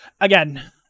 again